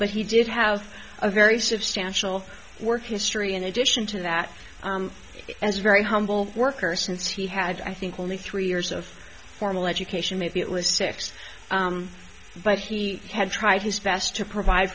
but he did have a very substantial work history in addition to that as a very humble worker since he had i think only three years of formal education maybe it was six but he had tried his best to provide